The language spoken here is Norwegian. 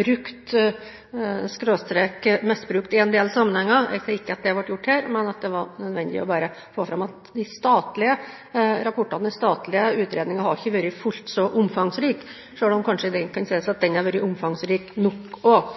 brukt/misbrukt i en del sammenhenger. Jeg sier ikke at det ble gjort her, men at det var bare nødvendig å få fram at de statlige rapportene og de statlige utredningene ikke har vært fullt så omfangsrike, selv om det kanskje kan sies at de har vært omfangsrike nok